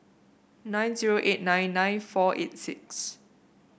nine zero eight nine nine four eight six